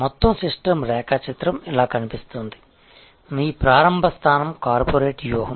మొత్తం సిస్టమ్ రేఖాచిత్రం ఇలా కనిపిస్తుంది మీ ప్రారంభ స్థానం కార్పొరేట్ వ్యూహం